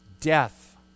death